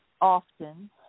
often